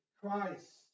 Christ